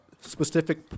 specific